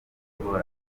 guhabwa